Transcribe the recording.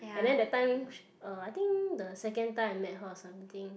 and then that time uh I think the second time I met her or something